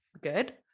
good